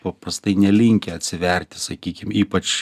paprastai nelinkę atsiverti sakykim ypač